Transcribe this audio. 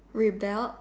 rebelled